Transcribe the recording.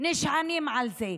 נשענים על זה.